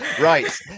right